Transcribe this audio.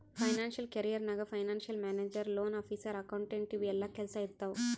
financial career ನಾಗ್ financial manager, loan officer, accountant ಇವು ಎಲ್ಲಾ ಕೆಲ್ಸಾ ಇರ್ತಾವ್